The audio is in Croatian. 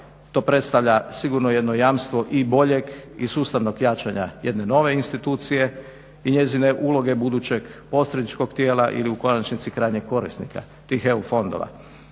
To predstavlja sigurno jedno jamstvo i boljeg i sustavnog jačanja jedne nove institucije i njezine uloge budućeg posredničkog tijela ili u konačnici krajnjeg korisnika tih EU fondova.